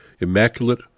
immaculate